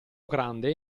grande